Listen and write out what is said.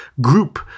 group